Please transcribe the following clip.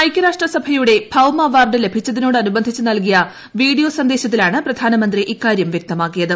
ഐകൃരാഷ്ട്രസഭയുടെ ഭൌമ അവാർഡ് ലഭിച്ചതിനോട് അനുബന്ധിച്ച് നൽകിയ വീഡിയോ സന്ദേശത്തിലാണ് പ്രധാനമന്ത്രി ഇക്കാര്യം വൃക്തമാക്കിയത്